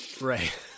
Right